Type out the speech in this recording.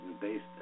based